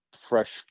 fresh